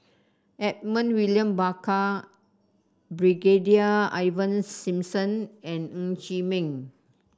Edmund William Barker Brigadier Ivan Simson and Ng Chee Meng